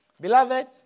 Beloved